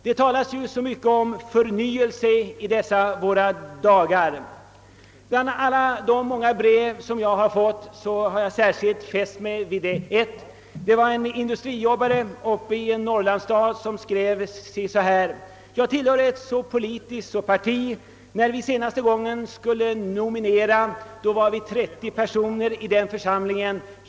Det talas så mycket om förnyelse i dessa dagar. Bland alla de många brev jag fått har jag särskilt fäst mig vid ett. Det var en industrijobbare i en norrlandsstad som skrev: Jag tillhör ett politiskt parti. När vi senast skulle nominera kandidater var vi 30 personer i församlingen.